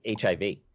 HIV